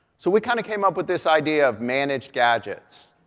so we kind of came up with this idea of managed gadgets.